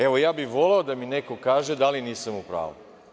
Evo, ja bih voleo da mi neko kaže da li nisam u pravu.